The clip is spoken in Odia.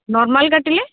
ନର୍ମାଲ କାଟିଲେ